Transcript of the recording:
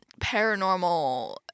paranormal